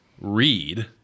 read